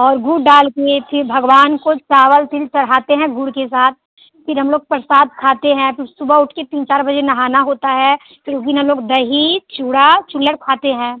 और गुड़ डाल कर फिर भगवान को चावल तिल चढ़ाते है गुड़ के साथ फिर हम लोग प्रसाद खाते हैं फिर सुबह उठ कर तीन चार बजे नहाना होता है फिर उस दिन हम लोग दही चूड़ा चुलड़ खाते हैं